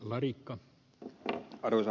arvoisa puhemies